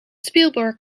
spielberg